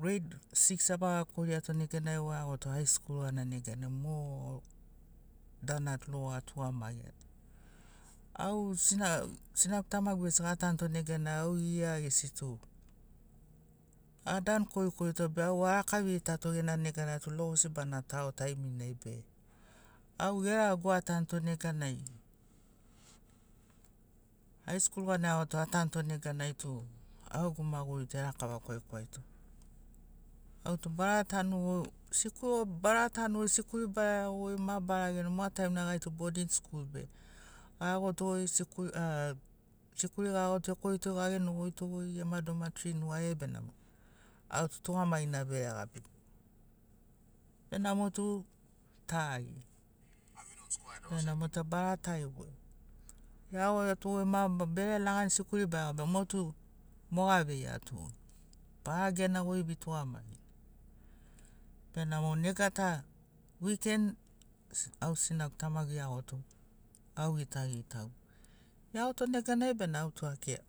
greid six avaga koriato neganai au aeagoto hai skul gana neganai mo danu na tu logo atugamagiani au sinag sinagu tamagu gesi gatanto neganai au gia gesi tu adan korikorito be au araka vegitato neganai logosi bana tao taiminai be au geregau atanto neganai hai skul gana aeagoto atanto neganai tu au gegu maguri tu erakava kwaikwaito autu bara tanu sikuli bara tanu sikuri bara iago ma bara genogoi mo taimnai gai tu bodin skul be gaeagotogoi sikul a sikuli gaeagoto ekorito gagenogoitogoi gema domatri nugariai benamo autu tugamagina be gabigu benamo tu tagi benamo bara tagi goi geagoto ma be bege lagani sikuli baeago be motu moga aveiato bara gena goi vetugamagi benamo nega ta wiken au sinagu tamagu geagoto au gitagitagu eagoto neganai bena autu akira.